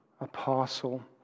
apostle